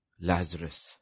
Lazarus